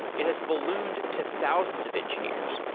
it has ballooned to thousands of engineers,